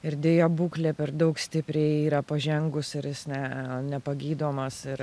ir deja būklė per daug stipriai yra pažengus ir jis ne nepagydomas ir